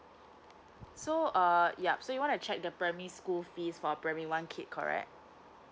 so uh yup so you want to check the primary school fees for primary one kid correct